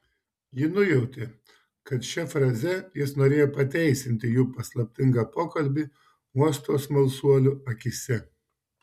ji nujautė kad šia fraze jis norėjo pateisinti jų paslaptingą pokalbį uosto smalsuolių akyse